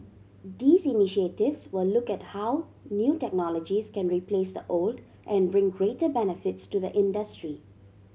these initiatives will look at how new technologies can replace the old and bring greater benefits to the industry